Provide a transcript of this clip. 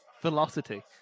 Velocity